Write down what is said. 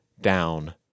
down